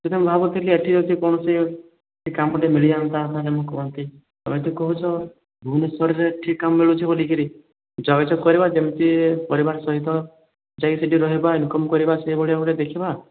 କିନ୍ତୁ ମୁଁ ଭାବୁଥିଲି ଏ'ଠି ଯଦି କୌଣସି କିଛି କାମଟିଏ ମିଳିଯାଆନ୍ତା ହେଲେ ମୁଁ କରନ୍ତି ତୁମେ ତ କହୁଛ ଭୁବନେଶ୍ଵରରେ ଠିକ କାମ ମିଳୁଛି ବୋଲିକରି ଯୋଗାଯୋଗ କରିବା ଯେମିତି ପରିବାର ସହିତ ଯାଇକି ସେ'ଠି ରହିବା ଇନକମ କରିବା ସେଇଭଳି ଭାବରେ ଦେଖିବା